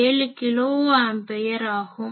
7 kilo ampere ஆகும்